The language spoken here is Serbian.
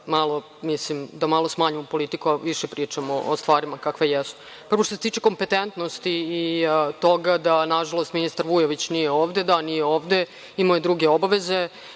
da smanjimo politiku i da više pričamo o stvarima kakve jesu. Što se tiče kompetentnosti i toga da na žalost ministar Vujović nije ovde, da, nije ovde, imao je druge obaveze.